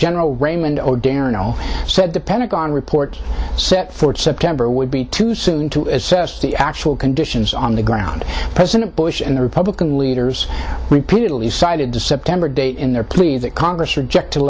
general raymond odierno said the pentagon report set for september would be too soon to assess the actual conditions on the ground president bush and the republican leaders repeatedly cited the september date in their plea that congress rejected